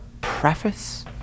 preface